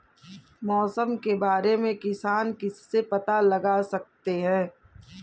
मौसम के बारे में किसान किससे पता लगा सकते हैं?